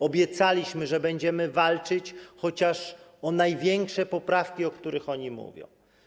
Obiecaliśmy, że będziemy walczyć chociaż o największe poprawki, o których oni mówią.